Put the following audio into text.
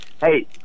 Hey